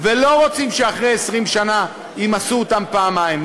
ולא רוצים שאחרי 20 שנה ימסו אותם פעמיים.